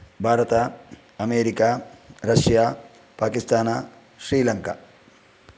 भारतम् America Russia Pakistan Sri Lanka